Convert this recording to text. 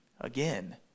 again